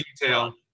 detail